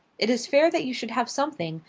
it is fair that you should have something,